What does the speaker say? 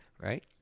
right